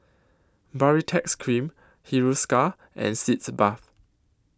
Baritex Cream Hiruscar and Sitz Bath